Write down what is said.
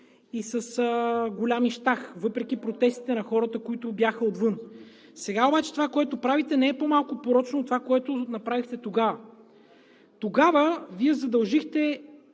и с голям ищах въпреки протестите на хората, които бяха отвън. Сега обаче това, което правите, не е по-малко порочно от това, което направихте тогава. Тогава Вие задължихте